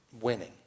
winning